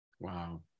Wow